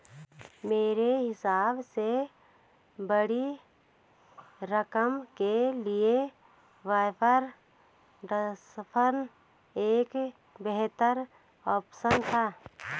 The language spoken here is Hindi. मेरे हिसाब से बड़ी रकम के लिए वायर ट्रांसफर एक बेहतर ऑप्शन है